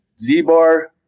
Z-Bar